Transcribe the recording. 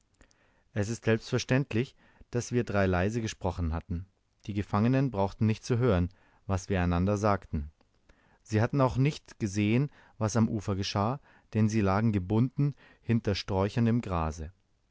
es ist selbstverständlich daß wir drei leise gesprochen hatten die gefangenen brauchten nicht zu hören was wir einander sagten sie hatten auch nicht gesehen was am ufer geschah denn sie lagen gebunden hinter sträuchern im grase